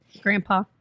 grandpa